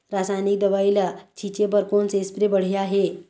रासायनिक दवई ला छिचे बर कोन से स्प्रे बढ़िया हे?